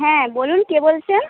হ্যাঁ বলুন কে বলছেন